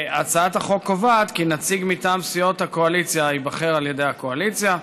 הצעת החוק קובעת כי נציג מטעם סיעות הקואליציה ייבחר על ידי הקואליציה,